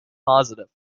positive